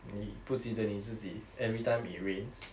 你不记得你自己 everytime it rains